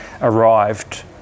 arrived